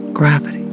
gravity